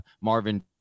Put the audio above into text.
Marvin